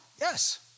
Yes